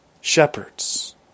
shepherds